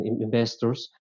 investors